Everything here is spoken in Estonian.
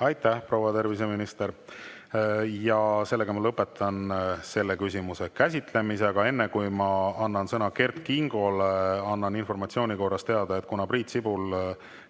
Aitäh, proua terviseminister! Ma lõpetan selle küsimuse käsitlemise. Aga enne, kui ma annan sõna Kert Kingole, annan informatsiooni korras teada, et kuna Priit Sibul,